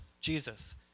Jesus